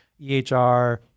EHR